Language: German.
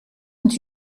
und